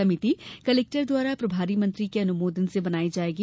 समिति कलेक्टर द्वारा प्रभारी मंत्री के अनुमोदन से बनायी जायेगी